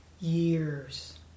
years